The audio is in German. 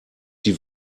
die